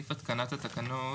סעיף התקנת התקנות,